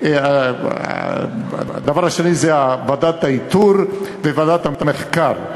הדבר השני, ועדת האיתור וועדת המחקר.